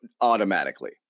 automatically